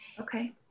Okay